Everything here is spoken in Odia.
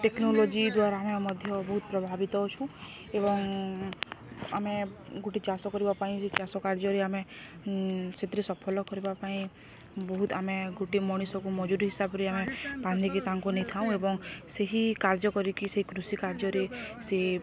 ଟେକ୍ନୋଲୋଜି ଦ୍ୱାରା ଆମେ ମଧ୍ୟ ବହୁତ ପ୍ରଭାବିତ ଅଛୁ ଏବଂ ଆମେ ଗୋଟେ ଚାଷ କରିବା ପାଇଁ ସେ ଚାଷ କାର୍ଯ୍ୟରେ ଆମେ ସେଥିରେ ସଫଲ କରିବା ପାଇଁ ବହୁତ ଆମେ ଗୋଟେ ମଣିଷକୁ ମଜୁରୀ ହିସାବରେ ଆମେ ବାନ୍ଧିକି ତାଙ୍କୁ ନେଇଥାଉଁ ଏବଂ ସେହି କାର୍ଯ୍ୟ କରିକି ସେଇ କୃଷି କାର୍ଯ୍ୟରେ ସେ